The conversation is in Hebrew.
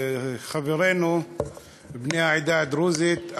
חברינו בני העדה הדרוזית,